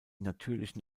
natürlichen